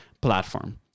platform